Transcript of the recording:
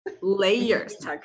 Layers